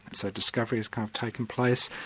so discovery has kind of taken place,